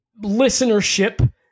listenership